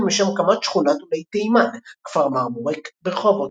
לשם הקמת שכונת עולי תימן - כפר מרמורק ברחובות.